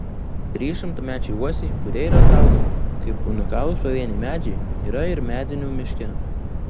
trys šimtamečiai uosiai kurie yra saugomi kaip unikalūs pavieniai medžiai yra ir medinių miške